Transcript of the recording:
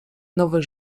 nowe